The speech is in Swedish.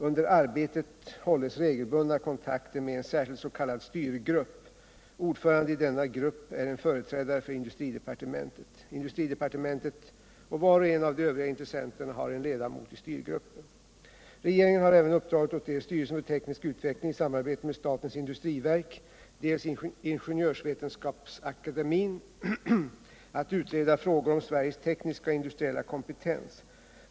Under arbetet hålls regelbundna kontakter med en särskild s.k. styrgrupp. Ordförande i denna grupp är en företrädare för industridepartementet. Industridepartementet och var och en av de övriga intressenterna har en ledamot i styrgruppen. Regeringen har även uppdragit åt dels styrelsen för teknisk utveckling i samarbete med statens industriverk, dels Ingenjörsvetenskapsakademien att utreda frågor om Sveriges tekniska och industriella kompetens.